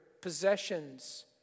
possessions